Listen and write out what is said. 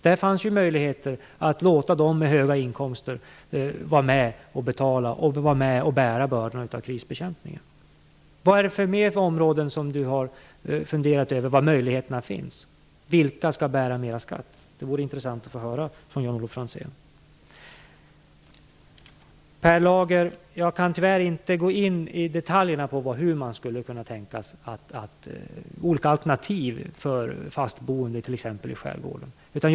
Där fanns ju möjligheter att låta dem med höga inkomster vara med att betala och bära bördorna av krisbekämpningen. På vilka andra områden har Jan-Olof Franzén funderat över att möjligheterna finns? Vilka skall bära bördorna av mer skatt? Det vore intressant att få höra det från Jan-Olof Franzén. Till Per Lager vill jag säga att jag tyvärr inte i detalj kan gå in på olika alternativ för fastboende i exempelvis skärgården.